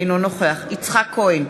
אינו נוכח יצחק כהן,